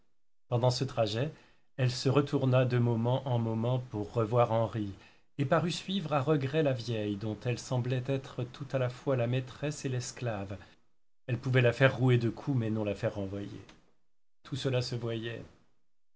pendant ce trajet elle se retourna de moments en moments pour revoir henri et parut suivre à regret la vieille dont elle semblait être tout à la fois la maîtresse et l'esclave elle pouvait la faire rouer de coups mais non la faire renvoyer tout cela se voyait